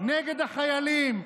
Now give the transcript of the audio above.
נגד החיילים.